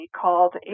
called